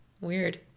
weird